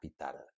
capital